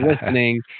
listening